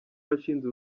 washinze